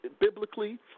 biblically